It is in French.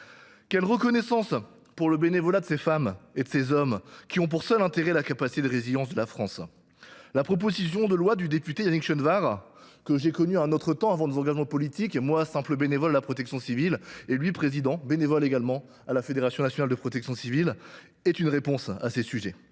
Quelle reconnaissance pour le bénévolat de ces femmes et de ces hommes, qui ont pour seul intérêt la capacité de résilience de la France ? La proposition de loi du député Yannick Chenevard, que j’ai connu en un autre temps, avant nos engagements politiques respectifs, moi, simple bénévole à la protection civile, lui, président bénévole de la Fédération nationale de protection civile, est une réponse à ces enjeux.